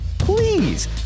Please